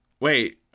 Wait